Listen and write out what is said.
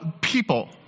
people